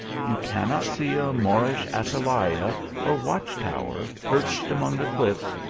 you cannot see a moorish atalaya or watch-tower perched among the cliffs,